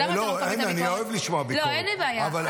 אני אוהב לשמוע ביקורת --- אין לי בעיה.